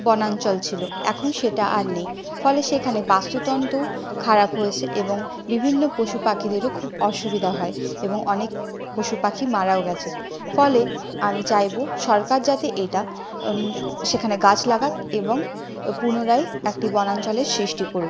বনাঞ্চল ছিল এখন সেটা আর নেই ফলে সেখানে বাস্তুতন্ত্র খারাপ হয়েছে এবং বিভিন্ন পশু পাখীদেরও খুব অসুবিধা হয় এবং অনেক পশু পাখি মারাও গেছে ফলে আমি চাইব সরকার যাতে এটা সেখানে গাছ লাগাক এবং পুনরায় একটি বনাঞ্চলের সৃষ্টি করুক